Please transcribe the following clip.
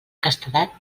castedat